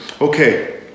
Okay